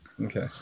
Okay